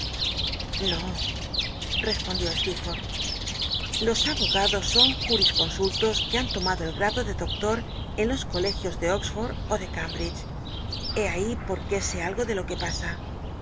no respondió stccl'forth los abogados son jurisconsullos que han tomado el grado de doctor en los colegios de oxford ó de cambridge hé ahí por qué sé algo de lo que pasa